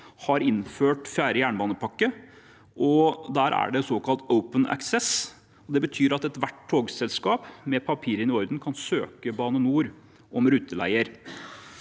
har innført fjerde jernbanepakke, og der er det såkalt open access. Det betyr at ethvert togselskap med papirene i orden kan søke Bane NOR om ruteleier.